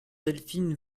delphine